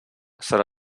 serà